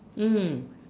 mm